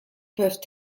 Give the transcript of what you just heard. peuvent